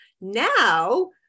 Now